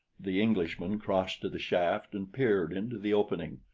the englishman crossed to the shaft and peered into the opening.